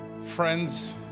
friends